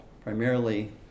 primarily